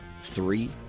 three